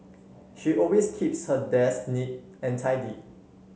she always keeps her desk neat and tidy